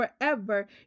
forever